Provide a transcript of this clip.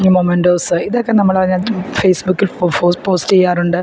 mementos ഇതൊക്കെ നമ്മൾ അതിനകത്ത് ഫേസ്ബുക്കിൽ പോസ്റ്റ് ചെയ്യാറുണ്ട്